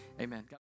amen